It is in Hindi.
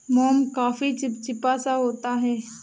मोम काफी चिपचिपा सा होता है